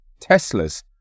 Teslas